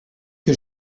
que